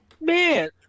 man